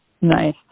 Nice